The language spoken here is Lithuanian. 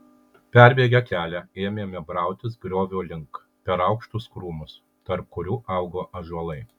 perbėgę kelią ėmėme brautis griovio link per aukštus krūmus tarp kurių augo ąžuolai